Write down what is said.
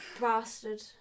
Bastard